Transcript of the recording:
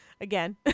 Again